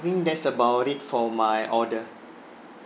think that's about it for my order